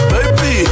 Baby